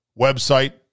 website